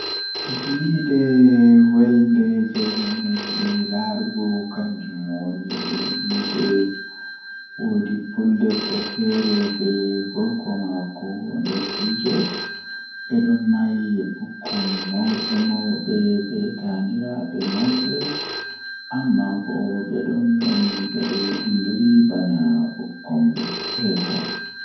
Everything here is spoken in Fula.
Hirde welnde jei mi meedi laarugo Ko goɗɗum ngal, mi ɗo waɗi huunde yimɓe e tawii baɗɗo e jokkondirɗe. Ko waɗi no feewi ko ɗum njogii sabu o waɗi miɗo yiɗi goɗɗum e hoore ɗum